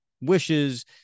wishes